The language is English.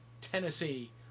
Tennessee